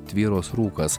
tvyros rūkas